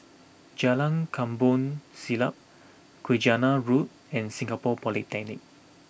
Jalan Kampong Siglap Saujana Road and Singapore Polytechnic